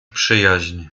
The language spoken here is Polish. przyjaźń